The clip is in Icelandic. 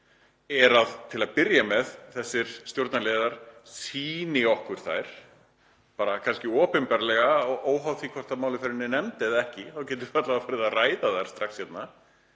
er til að byrja með að þessir stjórnarliðar sýni okkur þær, kannski opinberlega og óháð því hvort málið fer til nefndar eða ekki. Þá getum við alla vega farið að ræða þær strax hérna.